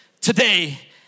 today